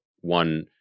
one